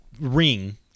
ring